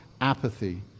apathy